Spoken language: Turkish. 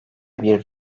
bir